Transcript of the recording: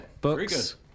books